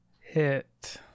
hit